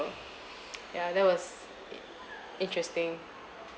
ya that was i~ interesting